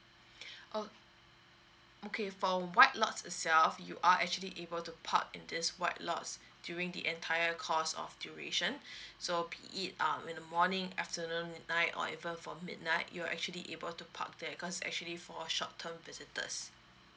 oh okay for white lots itself you are actually able to park in this white lots during the entire course of duration so be it um in the morning afternoon midnight or even for midnight you are actually able to park there cause it actually for a short term visitors